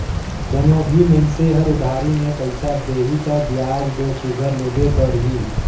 कोनो भी मइनसे हर उधारी में पइसा देही तब बियाज दो सुग्घर लेबे करही